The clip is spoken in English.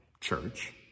church